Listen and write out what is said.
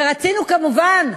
ורצינו, כמובן,